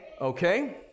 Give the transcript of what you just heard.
Okay